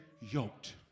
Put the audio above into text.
yoked